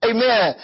Amen